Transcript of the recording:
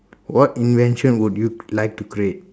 what invention would you like to create